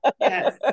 Yes